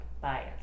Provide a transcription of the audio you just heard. bias